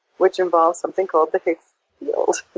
which involves something called the higgs field.